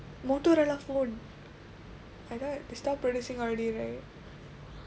motorola phone I got they stop producing already right